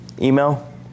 Email